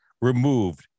removed